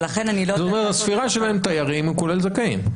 זאת אומרת הספירה של התיירים כוללת זכאים.